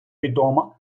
відома